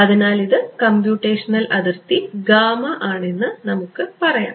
അതിനാൽ ഇത് കമ്പ്യൂട്ടേഷണൽ അതിർത്തി Γ ആണെന്ന് നമുക്ക് പറയാം